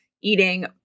eating